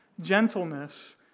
gentleness